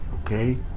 okay